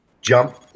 jump